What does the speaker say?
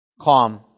calm